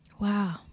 Wow